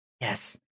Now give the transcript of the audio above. yes